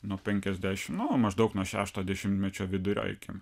nuo penkiasdešimt nu maždaug nuo šešto dešimtmečio vidurio iki